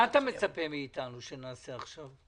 מה אתה מצפה מאתנו שנעשה עכשיו?